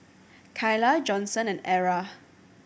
Kyla Johnson and Arra